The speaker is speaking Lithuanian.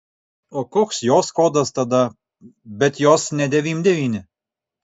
o koks jos kodas tada bet jos ne devym devyni